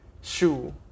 shoe